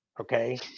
Okay